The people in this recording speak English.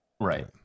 Right